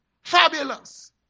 Fabulous